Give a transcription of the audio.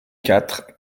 quatre